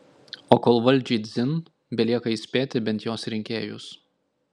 o kol valdžiai dzin belieka įspėti bent jos rinkėjus